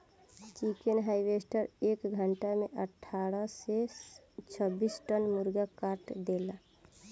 chicken harvester एक घंटा में अठारह से छब्बीस टन मुर्गा काट देला